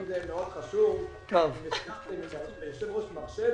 אם זה מאוד חשוב והיושב-ראש מרשה לי.